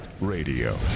Radio